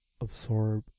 absorb